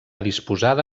disposada